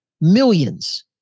millions